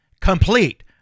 complete